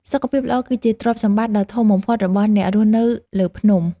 សុខភាពល្អគឺជាទ្រព្យសម្បត្តិដ៏ធំបំផុតរបស់អ្នករស់នៅលើភ្នំ។